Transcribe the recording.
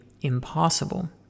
impossible